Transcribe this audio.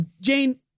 Jane